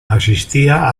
asistía